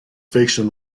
fiction